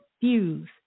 fuse